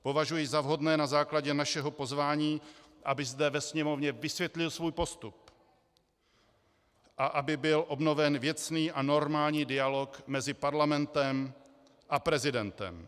Považuji za vhodné na základě našeho pozvání, aby zde ve Sněmovně vysvětlil svůj postup a aby byl obnoven věcný a normální dialog mezi parlamentem a prezidentem.